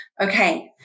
okay